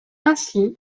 ainsi